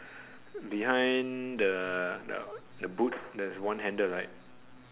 behind the the the boot there's one handle right